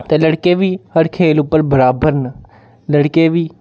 ते लड़के बी हर खेल उप्पर बराबर न लड़के बी